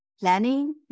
planning